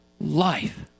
life